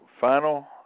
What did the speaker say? final